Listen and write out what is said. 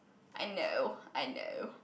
I know I know